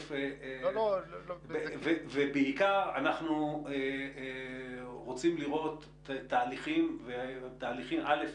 ובעיקר, אנחנו רוצים לראות תהליכים, א',